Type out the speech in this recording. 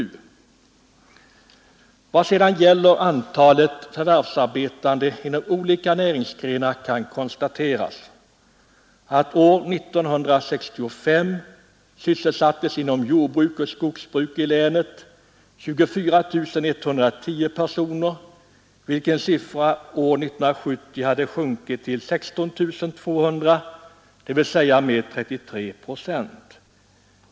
I vad sedan gäller antalet förvärvsarbetande inom olika näringsgrenar kan konstateras att år 1965 sysselsattes inom jordbruk och skogsbruk i länet 24 110 personer, vilken siffra år 1970 hade sjunkit till 16 200, dvs. med 33 procent.